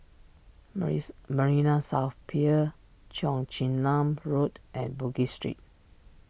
Marina South Pier Cheong Chin Nam Road and Bugis Street